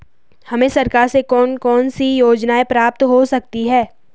हमें सरकार से कौन कौनसी योजनाएँ प्राप्त हो सकती हैं?